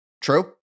True